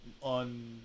on